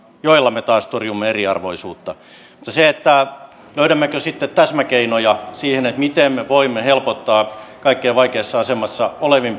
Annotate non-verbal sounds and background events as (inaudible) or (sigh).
joilla me taas torjumme eriarvoisuutta mutta sitä löydämmekö täsmäkeinoja siihen miten me voimme helpottaa kaikkein vaikeimmassa asemassa olevia (unintelligible)